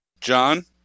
John